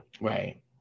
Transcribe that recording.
Right